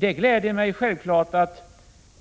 Det gläder mig självfallet att